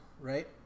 right